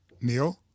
neil